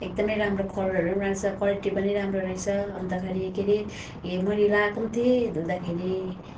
एकदम राम्रो कलरहरू राम्रो छ क्वालिटी पनि राम्रो रहेछ अन्तखेरि के अरे है मैले लगाएको थिएँ धुँदाखेरि